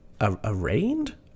arraigned